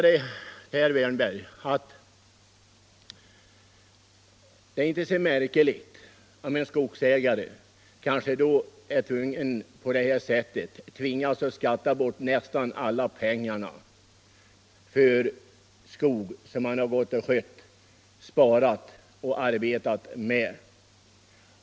Det är inte så märkligt, herr Wärnberg, att en skogsägare då tvingas att skatta bort nästan hela inkomsten av den skog som han har sparat, skött och arbetat med.